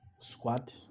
squad